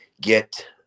get